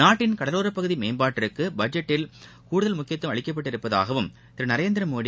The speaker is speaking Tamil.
நாட்டின் கடலோரப் பகுதி மேம்பாட்டிற்கு பட்ஜெட்டில் கூடுதல் முக்கியத்துவம் அளிக்கப்பட்டு இருப்பதாகவும் திரு நரேந்திர மோடி